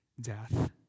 death